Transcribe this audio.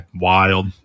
wild